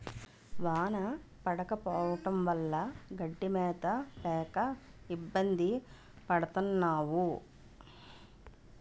వాన పడకపోవడం వల్ల గడ్డి మేత లేక ఇబ్బంది పడతన్నావు